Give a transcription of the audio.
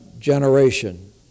Generation